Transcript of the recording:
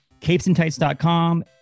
CapesandTights.com